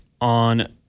On